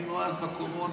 היינו אז בקורונה.